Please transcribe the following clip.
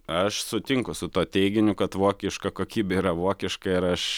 aš sutinku su tuo teiginiu kad vokiška kokybė yra vokiška ir aš